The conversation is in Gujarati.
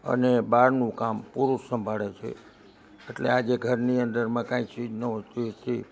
અને બહારનું કામ પુરુષ સંભાળે છે એટલે આજે ઘરની અંદરમાં કાંય ચીજ ન હોય તોય તે